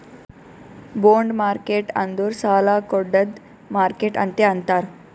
bond market ಅಂದುರ್ ಸಾಲಾ ಕೊಡ್ಡದ್ ಮಾರ್ಕೆಟ್ ಅಂತೆ ಅಂತಾರ್